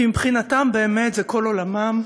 כי מבחינתם באמת זה כל עולמם.